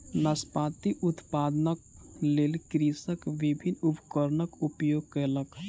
नाशपाती उत्पादनक लेल कृषक विभिन्न उपकरणक उपयोग कयलक